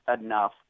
enough